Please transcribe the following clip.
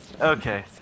Okay